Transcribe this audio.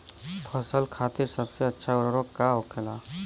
फसल खातीन सबसे अच्छा उर्वरक का होखेला?